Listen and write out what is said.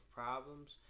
problems